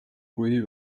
kui